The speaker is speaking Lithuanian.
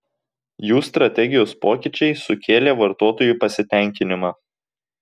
jų strategijos pokyčiai sukėlė vartotojų pasitenkinimą